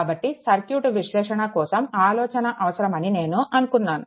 కాబట్టి సర్క్యూట్ విశ్లేషణ కొరకు ఆలోచన అవసరమని నేను అనుకున్నాను